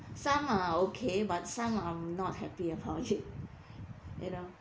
some are okay but some I'm not happy about it you know